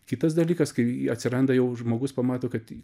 kitas dalykas kai atsiranda jau žmogus pamato kad